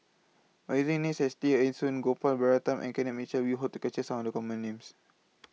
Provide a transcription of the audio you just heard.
By using Names such as Tear Ee Soon Gopal Baratham and Ken Mitchell We Hope to capture Some of The Common Names